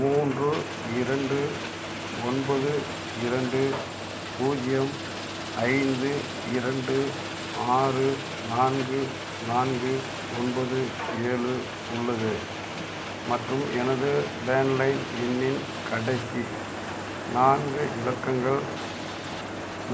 மூன்று இரண்டு ஒன்பது இரண்டு பூஜ்ஜியம் ஐந்து இரண்டு ஆறு நான்கு நான்கு ஒன்பது ஏழு உள்ளது மற்றும் எனது லேண்ட்லைன் எண்ணின் கடைசி நான்கு இலக்கங்கள்